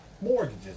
mortgages